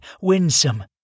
winsome